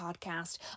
podcast